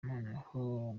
noneho